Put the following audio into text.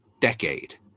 decade